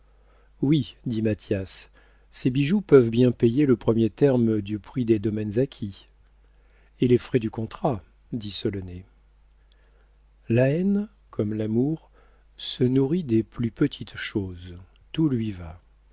oui dit mathias ces bijoux peuvent bien payer le premier terme du prix des domaines acquis et les frais du contrat dit solonet la haine comme l'amour se nourrit des plus petites choses tout lui va